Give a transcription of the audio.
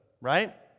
right